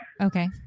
okay